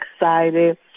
excited